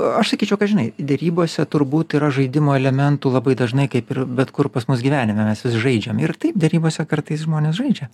aš sakyčiau kad žinai derybose turbūt yra žaidimo elementų labai dažnai kaip ir bet kur pas mus gyvenime mes vis žaidžiam ir taip derybose kartais žmonės žaidžia